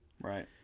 Right